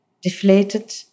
deflated